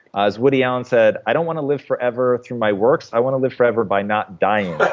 as woody allen said, i don't want to live forever through my works. i want to live forever by not dying. but